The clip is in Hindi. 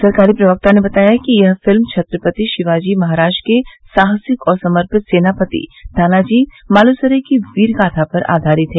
सरकारी प्रवक्ता ने बताया कि यह फिल्म छत्रपति शिवाजी महाराज के साहसिक और समर्पित सेनापति तानाजी मालुसरे की वीरगाथा पर आधारित है